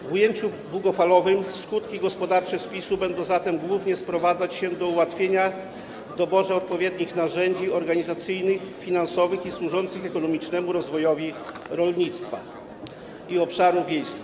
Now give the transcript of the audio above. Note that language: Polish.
W ujęciu długofalowym skutki gospodarcze spisu będą zatem głównie sprowadzać się do ułatwienia w doborze odpowiednich narzędzi organizacyjnych, finansowych i służących ekonomicznemu rozwojowi rolnictwa i obszarów wiejskich.